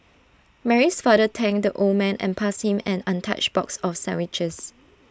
Mary's father thanked the old man and passed him an untouched box of sandwiches